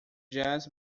jazz